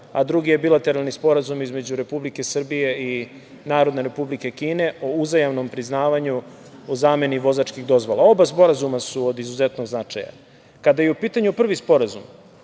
a drugi je bilateralni Sporazum između Republike Srbije i Narodne Republike Kine o uzajamnom priznavanju o zameni vozačkih dozvola. Oba sporazuma su od izuzetnog značaja. Kada je u pitanju prvi sporazum,